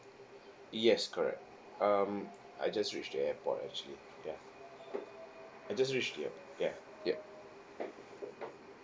yes correct um I just reach the airport actually ya I just reach the um ya yup